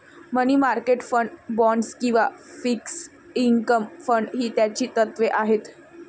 मनी market fund, bonds किंवा fixed income fund ही त्याची तत्त्वे आहेत